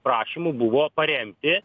prašymų buvo paremti